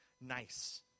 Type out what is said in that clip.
nice